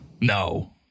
No